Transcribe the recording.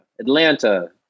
Atlanta